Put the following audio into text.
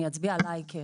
אני אצביע עלי - אנחנו